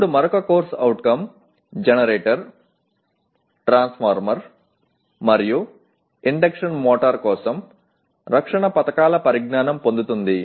ఇప్పుడు మరొక CO generator transformer మరియు ఇండక్షన్ మోటారు కోసం రక్షణ పథకాల పరిజ్ఞానం పొందుతుంది